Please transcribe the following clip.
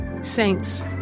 Saints